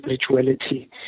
spirituality